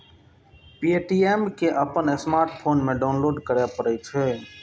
Paytm कें अपन smartphone मे डाउनलोड करय पड़ै छै